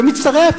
ומצטרף.